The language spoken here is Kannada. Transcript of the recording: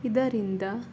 ಇದರಿಂದ